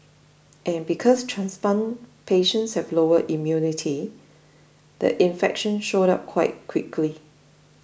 and because transplant patients have lower immunity the infection showed up quite quickly